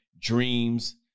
Dreams